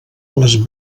les